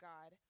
God